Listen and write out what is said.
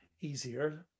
easier